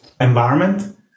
environment